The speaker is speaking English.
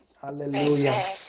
Hallelujah